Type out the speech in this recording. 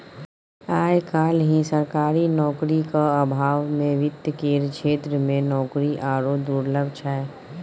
आय काल्हि सरकारी नौकरीक अभावमे वित्त केर क्षेत्रमे नौकरी आरो दुर्लभ छै